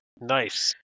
nice